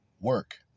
work